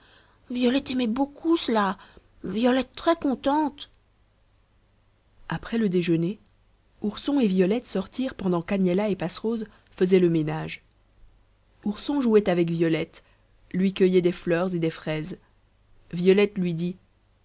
violette aimer beaucoup cela violette très contente après le déjeuner ourson et violette sortirent pendant qu'agnella et passerose faisaient le ménage ourson jouait avec violette lui cueillait des fleurs et des fraises violette lui dit